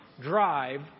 drive